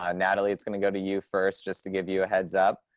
um natalie, it's gonna go to you first just to give you a heads up.